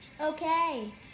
Okay